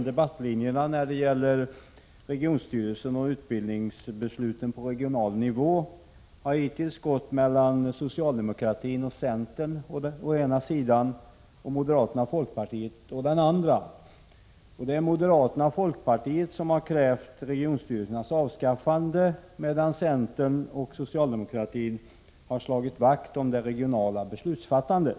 Herr talman! Skiljelinjen i debatten om regionstyrelserna och utbildningsbesluten på regional nivå har hittills gått mellan å ena sidan socialdemokraterna och centern samt å andra sidan moderaterna och folkpartiet. Det är moderaterna och folkpartiet som har krävt regionstyrelsernas avskaffande, medan centern och socialdemokraterna har slagit vakt om det regionala beslutsfattandet.